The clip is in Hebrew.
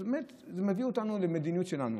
אז באמת זה מביא אותנו למדיניות שלנו.